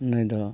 ᱱᱩᱭᱫᱚ